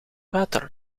water